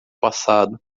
passado